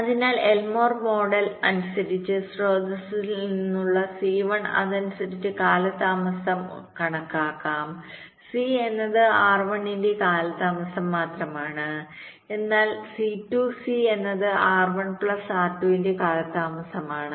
അതിനാൽ Elmore model അനുസരിച്ച് സ്രോതസ്സിൽ നിന്നുള്ള C1 അനുസരിച്ച് കാലതാമസം കണക്കാക്കാം C എന്നത് R1 ന്റെ കാലതാമസം മാത്രമാണ് എന്നാൽ C2 C എന്നത് R1 പ്ലസ് R2 ന്റെ കാലതാമസമാണ്